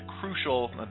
crucial